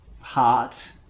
heart